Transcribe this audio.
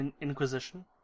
inquisition